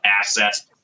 assets